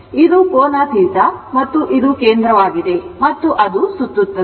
ಆದ್ದರಿಂದ ಇದು ಕೋನ θ ಮತ್ತು ಇದು ಕೇಂದ್ರವಾಗಿದೆ ಮತ್ತು ಅದು ಸುತ್ತುತ್ತದೆ